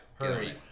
Hurry